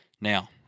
Now